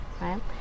right